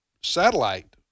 satellite